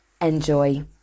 enjoy